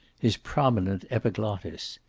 his prominent epiglottis.